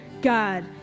God